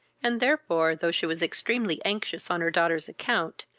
and therefore, though she was extremely anxious on her daughter's account,